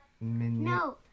No